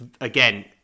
again